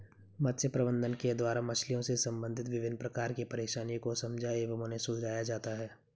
मत्स्य प्रबंधन के द्वारा मछलियों से संबंधित विभिन्न प्रकार की परेशानियों को समझा एवं उन्हें सुलझाया जाता है